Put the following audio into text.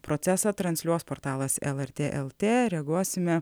procesą transliuos portalas elartė eltė reaguosime